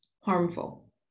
harmful